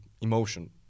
emotion